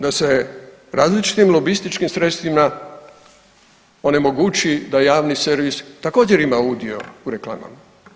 Ili, ili, da se različitim lobističkim sredstvima onemogući da javni servis također, ima udio u reklamama.